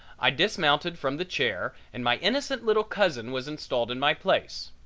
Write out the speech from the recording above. i dismounted from the chair and my innocent little cousin was installed in my place.